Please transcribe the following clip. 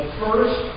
first